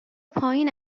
پایین